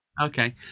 okay